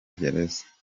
gereza